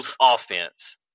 offense